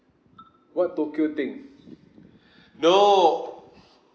what tokyo thing no